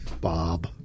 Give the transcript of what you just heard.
Bob